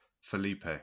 Felipe